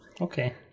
Okay